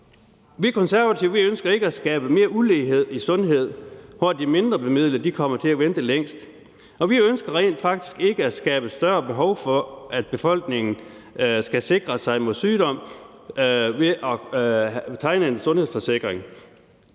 Vi Konservative ønsker ikke at skabe mere ulighed i sundhed, hvor de mindre bemidlede kommer til at vente længst, og vi ønsker rent faktisk ikke at skabe større behov for, at befolkningen skal sikre sig mod sygdom ved at tegne en sundhedsforsikring